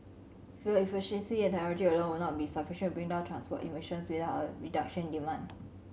fuel efficiency and technology alone will not be sufficient bring down transport emissions without a reduction demand